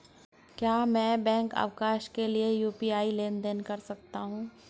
क्या मैं बैंक अवकाश के दिन यू.पी.आई लेनदेन कर सकता हूँ?